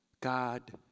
God